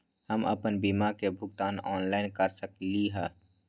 हम अपन बीमा के भुगतान ऑनलाइन कर सकली ह?